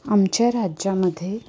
आमच्या राज्यामध्ये